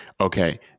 okay